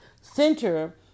center